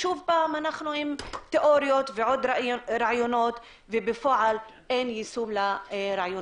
או ששוב אנחנו עם תיאוריות ורעיונות ופועל אין יישום לרעיונות האלה.